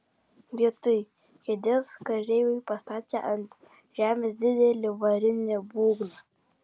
vietoj kėdės kareiviai pastatė ant žemės didelį varinį būgną